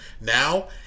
now